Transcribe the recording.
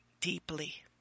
deeply